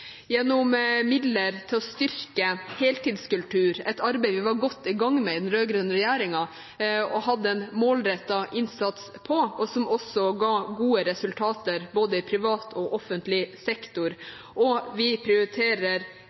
gjennom midler til å styrke heltidskultur, et arbeid vi var godt i gang med i den rød-grønne regjeringen og hadde en målrettet innsats på, som også ga gode resultater både i privat og offentlig sektor. Og vi prioriterer